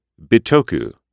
Bitoku